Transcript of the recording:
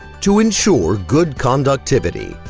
to ensure good conductivity,